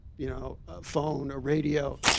you know, a phone or radio.